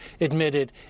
admitted